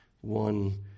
one